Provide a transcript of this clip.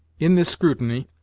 in this scrutiny,